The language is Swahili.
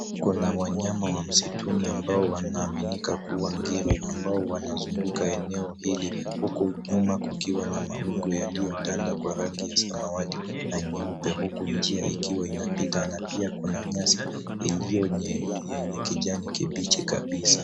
Kuna wanyama wa mstuni ambao wanaaminika kuwa ngiri ambao wanazunguka eneo hili huku nyuma kukiwa na mawingu yaliyotanda kwa rangi ya samawati na nyeupe huku njia ikiwa inapita na pia kuna nyasi iliyo yenye kijani kibichi kabisa.